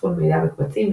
אחסון מידע בקבצים,